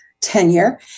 tenure